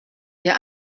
der